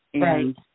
Right